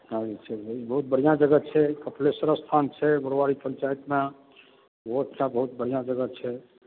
बहुत बढ़िआँ जगह छै कपिलेश्वर स्थान छै बरुआरी पञ्चायतमे ओहोठाम बहुत बढ़िआँ जगह छै